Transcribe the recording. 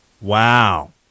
Wow